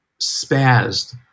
spazzed